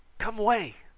come way.